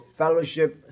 fellowship